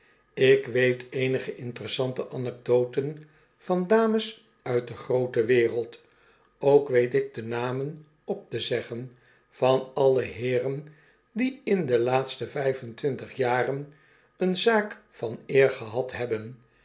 ik weet eenige mteressante anekdoten van dames uit de groote wereld ook weet ik de namen op te zeggen van alle heeren die indelaatste vijf entwintig jaren eene zaak van eer gehad hebben